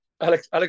Alex